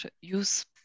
use